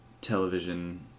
television